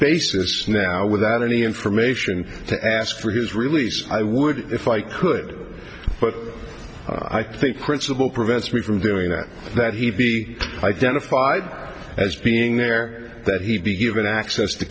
basis now without any information to ask for his release i would if i could but i think principle prevents me from doing that that he be identified as being there that he be given access to